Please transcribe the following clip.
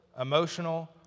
emotional